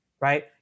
right